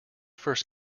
first